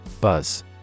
Buzz